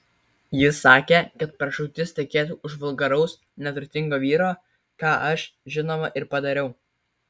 ji sakė kad pražūtis tekėti už vulgaraus neturtingo vyro ką aš žinoma ir padariau